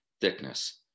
thickness